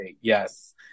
Yes